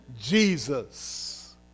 Jesus